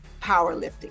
powerlifting